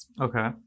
Okay